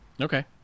Okay